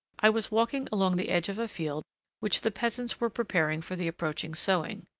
i was walking along the edge of a field which the peasants were preparing for the approaching sowing.